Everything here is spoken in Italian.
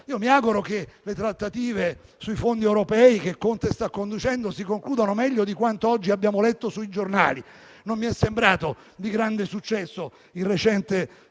Mi auguro che le trattative sui fondi europei che Conte sta conducendo si concludano meglio di quanto oggi abbiamo letto sui giornali. Non mi è sembrato di grande successo il recente